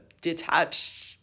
detached